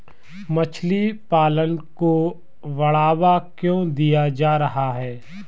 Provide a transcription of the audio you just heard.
मछली पालन को बढ़ावा क्यों दिया जा रहा है?